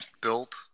built